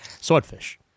Swordfish